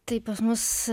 tai pas mus